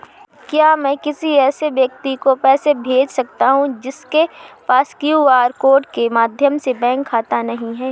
क्या मैं किसी ऐसे व्यक्ति को पैसे भेज सकता हूँ जिसके पास क्यू.आर कोड के माध्यम से बैंक खाता नहीं है?